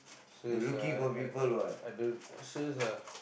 sales I I I I don't sales ah